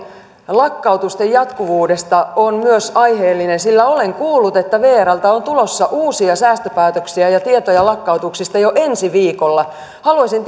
lakkautusten jatkuvuudesta on myös aiheellinen sillä olen kuullut että vrltä on tulossa uusia säästöpäätöksiä ja tietoja lakkautuksista jo ensi viikolla haluaisin